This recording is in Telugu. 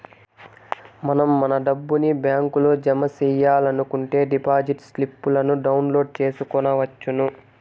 మనం మన డబ్బుని బ్యాంకులో జమ సెయ్యాలనుకుంటే డిపాజిట్ స్లిప్పులను డౌన్లోడ్ చేసుకొనవచ్చును